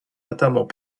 notamment